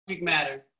matter